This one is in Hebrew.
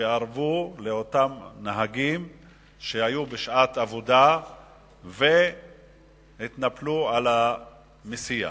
שארבו לאותם נהגים בשעת העבודה והתנפלו על המסיע.